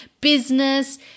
business